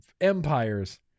empires